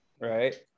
right